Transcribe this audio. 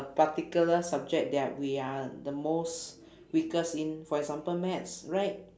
a particular subject that we are the most weakest in for example maths right